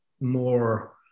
more